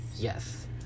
Yes